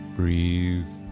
breathe